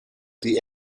die